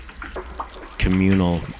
communal